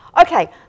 Okay